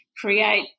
create